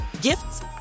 gifts